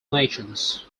nations